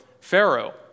Pharaoh